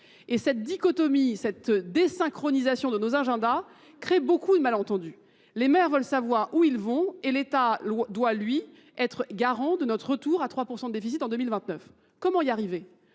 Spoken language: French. Et cette dichotomie, cette désynchronisation de nos agendas crée beaucoup de malentendus. Les maires veulent savoir où ils vont et l'État doit lui être garant de notre retour à 3% de déficit en 2029. Comment y arriver ?